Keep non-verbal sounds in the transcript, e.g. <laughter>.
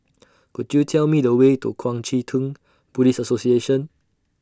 <noise> Could YOU Tell Me The Way to Kuang Chee Tng Buddhist Association